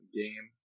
game